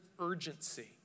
urgency